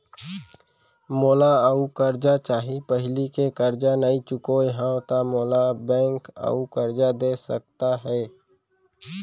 मोला अऊ करजा चाही पहिली के करजा नई चुकोय हव त मोल ला बैंक अऊ करजा दे सकता हे?